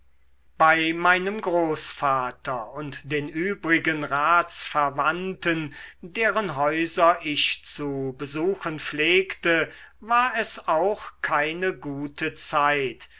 bei meinem großvater und den übrigen ratsverwandten deren häuser ich zu besuchen pflegte war es auch keine gute zeit